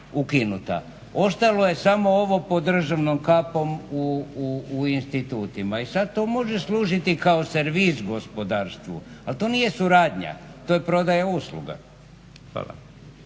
ukinuta. Ostalo je samo ovo pod državnom kapom u institutima i sad to može služiti kao servis gospodarstvu ali to nije suradnja. To je prodaja usluga. Hvala.